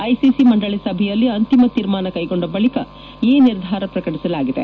ICC ಮಂಡಳಿ ಸಭೆಯಲ್ಲಿ ಅಂತಿಮ ತೀರ್ಮಾನ ಕೈಗೊಂಡ ಬಳಕ ಈ ನಿರ್ಧಾರ ಪ್ರಕಟಿಸಲಾಗಿದೆ